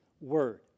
word